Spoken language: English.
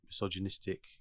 misogynistic